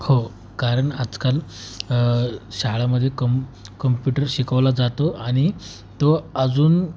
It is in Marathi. हो कारण आजकाल शाळामध्ये कम कम्प्युटर शिकवला जातो आणि तो अजून